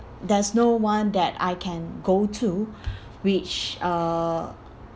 there's no one that I can go to which uh